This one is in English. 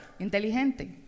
Inteligente